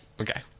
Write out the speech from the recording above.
Okay